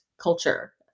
culture